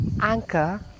Anchor